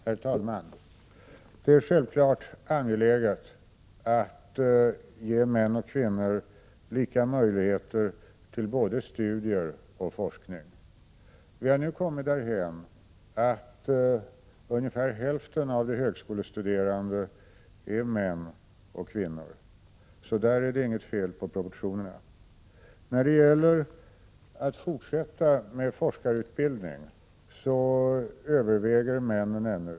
Herr talman! Det är självfallet angeläget att män och kvinnor får lika möjligheter till både studier och forskning. Vi har nu kommit därhän att av de högskolestuderande ungefär hälften är män och hälften kvinnor. Så där är det inget fel på proportionerna. Då det gäller att fortsätta med forskarutbildning överväger antalet män fortfarande.